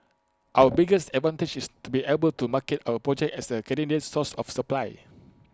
our biggest advantage is to be able to market our project as A Canadian source of supply